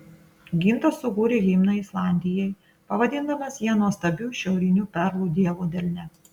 gintas sukūrė himną islandijai pavadindamas ją nuostabiu šiauriniu perlu dievo delne